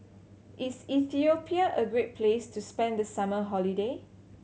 is Ethiopia a great place to spend the summer holiday